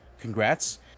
Congrats